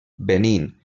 benín